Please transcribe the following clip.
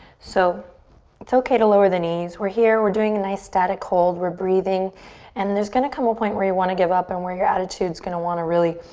so it's okay to lower the knees. we're here. we're doing a nice static hold. we're breathing and there's gonna come a point where you want to give up and your attitude's gonna want to really